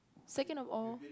second of all